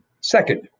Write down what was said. Second